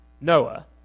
Noah